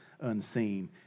unseen